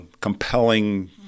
compelling